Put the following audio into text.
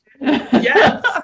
Yes